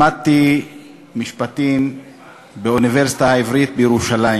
למדתי משפטים באוניברסיטה העברית בירושלים.